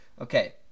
Okay